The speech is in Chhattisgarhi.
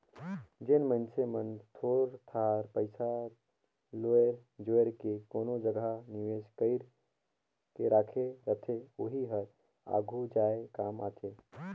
जेन मइनसे मन थोर थार पइसा लोएर जोएर के कोनो जगहा निवेस कइर के राखे रहथे ओही हर आघु जाए काम आथे